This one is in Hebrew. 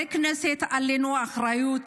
כחברי כנסת עלינו האחריות